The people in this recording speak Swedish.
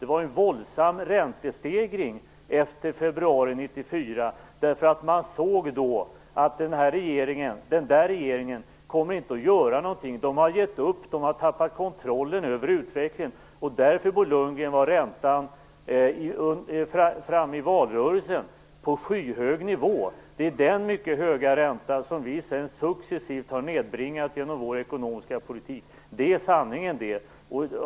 Det var en våldsam räntestegring efter februari 1994, eftersom man då såg att den regeringen inte skulle komma att göra något. Den hade gett upp och tappat kontrollen över utvecklingen. Därför var räntan på en skyhög nivå under valrörelsen, Bo Lundgren. Det är den mycket höga räntan som vi sedan successivt har nedbringat genom vår ekonomiska politik. Det är sanningen.